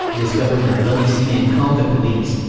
discovered the bloody scene and called the police.